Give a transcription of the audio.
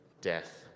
death